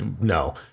no